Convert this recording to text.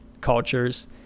cultures